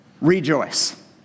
Rejoice